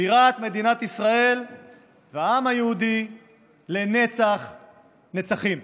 בירת מדינת ישראל והעם היהודי לנצח נצחים.